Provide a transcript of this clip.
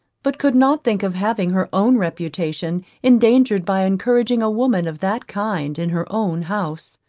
but could not think of having her own reputation endangered by encouraging a woman of that kind in her own house,